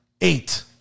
eight